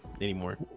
anymore